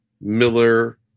Miller